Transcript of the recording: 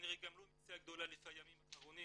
כנראה גם לא מציאה גדולה לפי הימים האחרונים,